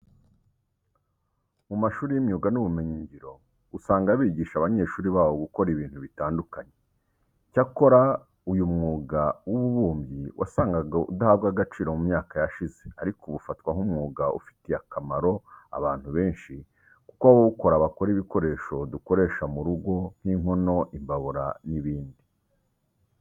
Mu mashuri y'imyuga n'ubumenyingiro usanga bigisha abanyeshuri babo gukora ibintu bitandukanye. Icyakora uyu mwuga w'ububumbyi wasangaga udahabwa agaciro mu myaka yashize ariko ubu ufatwa nk'umwuga ufitiye akamaro abantu benshi kuko abawukora bakora ibikoresho dukoresha mu rugo nk'inkono, imbabura n'ibindi.